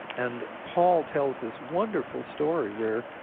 and paul tells this wonderful story where